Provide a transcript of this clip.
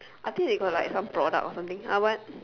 I think they got like some product or something ah what